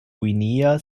guinea